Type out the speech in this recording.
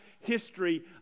history